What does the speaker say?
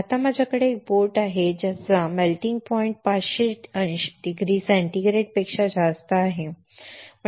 आता माझ्याकडे एक बोट आहे ज्याचा मेल्टिंग पॉइंट 500 अंश सेंटीग्रेडपेक्षा जास्त आहे